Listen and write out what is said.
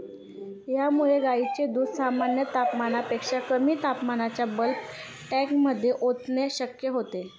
यामुळे गायींचे दूध सामान्य तापमानापेक्षा कमी तापमानाच्या बल्क टँकमध्ये ओतणे शक्य होते